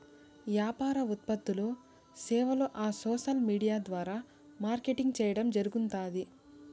యాపార ఉత్పత్తులూ, సేవలూ ఆ సోసల్ విూడియా ద్వారా మార్కెటింగ్ చేయడం జరగుతాంది